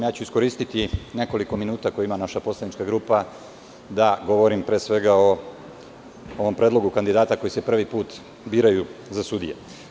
Iskoristiću nekoliko minuta koje ima naša poslanička grupa da govori, pre svega, o predlogu kandidata koji se prvi put biraju za sudije.